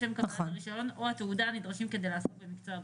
לשם כך --- הרישיון או התעודה הנדרשים כדי לעסוק במקצוע הבריאות.